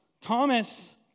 Thomas